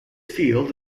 field